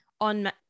on